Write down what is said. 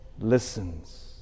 listens